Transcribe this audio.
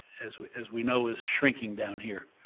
as we as we know is shrinking down here.